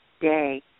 day